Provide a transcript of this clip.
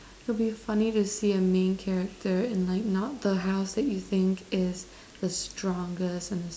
it'll be funny to see the main character in like not the house that you think is the strongest and